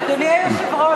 אדוני היושב-ראש,